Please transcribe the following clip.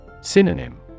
Synonym